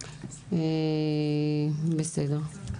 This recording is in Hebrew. בסדר.